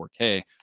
4K